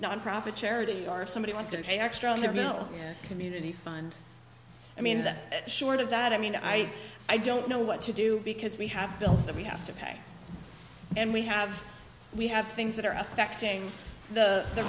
nonprofit charity or somebody want to pay extra on their bill community fund i mean that short of that i mean i i don't know what to do because we have bills that we have to pay and we have we have things that are affecting the